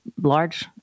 large